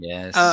Yes